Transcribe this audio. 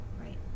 Right